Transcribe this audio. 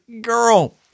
girl